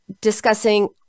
discussing